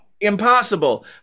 impossible